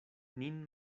nin